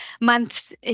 months